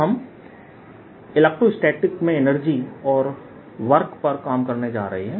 तो हम इलेक्ट्रोस्टैटिक्स में एनर्जी और वर्क पर काम करने जा रहे हैं